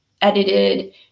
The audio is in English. edited